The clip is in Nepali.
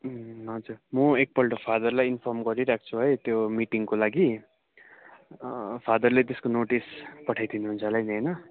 हजुर म एकपल्ट फादरलाई इन्फर्म गरिराख्छु है त्यो मिटिङको लागि फादरले त्यसको नोटिस पठाइदिनुहुन्छ होला नि होइन